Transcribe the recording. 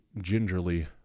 gingerly